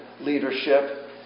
leadership